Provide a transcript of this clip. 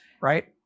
right